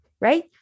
right